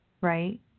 Right